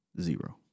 Zero